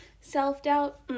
Self-doubt